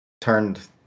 turned